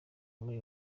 muri